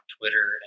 Twitter